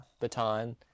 baton